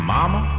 Mama